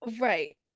Right